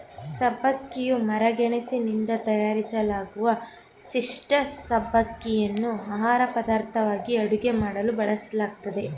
ಸಬ್ಬಕ್ಕಿಯು ಮರಗೆಣಸಿನಿಂದ ತಯಾರಿಸಲಾಗುವ ಪಿಷ್ಠ ಸಬ್ಬಕ್ಕಿಯನ್ನು ಆಹಾರಪದಾರ್ಥವಾಗಿ ಅಡುಗೆ ಮಾಡಲು ಬಳಸಲಾಗ್ತದೆ